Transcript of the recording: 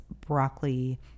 broccoli